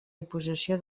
imposició